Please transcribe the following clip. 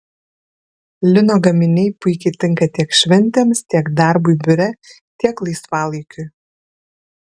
lino gaminiai puikiai tinka tiek šventėms tiek darbui biure tiek laisvalaikiui